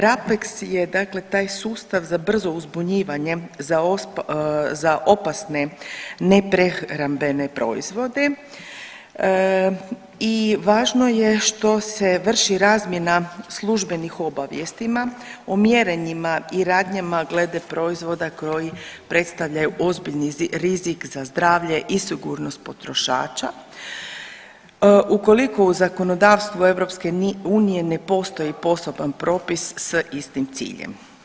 Rapeks je taj sustav za brzo uzbunjivanje za opasne neprehrambene proizvode i važno je što se vrši razmjena službenih obavijestima o mjerama i radnjama glede proizvoda koji predstavljaju ozbiljan rizik za zdravlje i sigurnost potrošača, ukoliko u zakonodavstvu EU ne postoji poseban propis s istim ciljem.